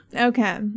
Okay